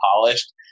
polished